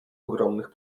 ogromnych